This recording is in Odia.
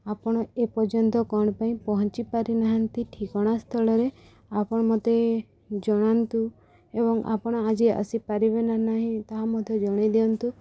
ଆପଣ ଏପର୍ଯ୍ୟନ୍ତ କ'ଣ ପାଇଁ ପହଞ୍ଚି ପାରି ନାହାନ୍ତି ଠିକଣା ସ୍ଥଳରେ ଆପଣ ମତେ ଜଣାନ୍ତୁ ଏବଂ ଆପଣ ଆଜି ଆସିପାରିବେ ନା ନାହିଁ ତାହା ମୋତେ ଜଣେଇଦିଅନ୍ତୁ